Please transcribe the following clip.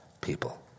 people